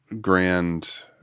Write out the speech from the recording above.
grand